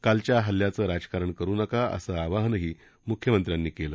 कालच्या हल्ल्याचं राजकारण करू नका असं आवाहनही म्ख्यमंत्र्यांनी केलं